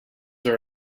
are